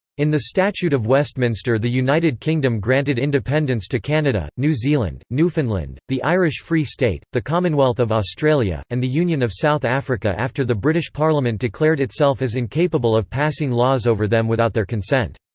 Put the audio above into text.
in the statute of westminster the united kingdom granted independence to canada, new zealand, newfoundland, the irish free state the commonwealth of australia, and the union of south africa after the british parliament declared itself as incapable of passing laws over them without their consent.